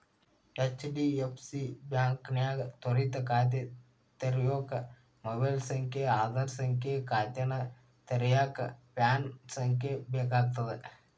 HDFC ಬಾಂಕ್ನ್ಯಾಗ ತ್ವರಿತ ಖಾತೆ ತೆರ್ಯೋಕ ಮೊಬೈಲ್ ಸಂಖ್ಯೆ ಆಧಾರ್ ಸಂಖ್ಯೆ ಖಾತೆನ ತೆರೆಯಕ ಪ್ಯಾನ್ ಸಂಖ್ಯೆ ಬೇಕಾಗ್ತದ